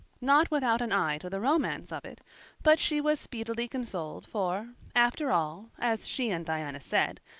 not without an eye to the romance of it but she was speedily consoled, for, after all, as she and diana said,